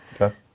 Okay